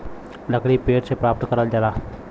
लकड़ी पेड़ से प्राप्त करल जाला